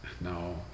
No